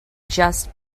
just